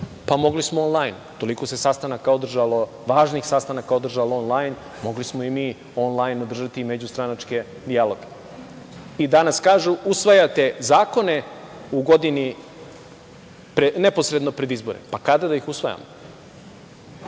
Mogli smo on-lajn. Toliko se sastanaka održalo, važnih sastanaka održalo on-lajn, mogli smo i mi on-lajn održati i međustranačke dijaloge. Danas kažu – usvajate zakone u godini neposredno pred izbore. Kada da ih usvajamo?